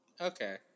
Okay